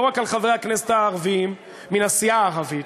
לא רק של חברי הכנסת הערבים מן הסיעה הערבית,